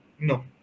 No